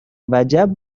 وجب